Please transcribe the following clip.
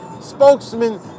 spokesman